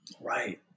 Right